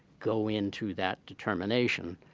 go into that determination.